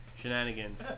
shenanigans